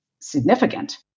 significant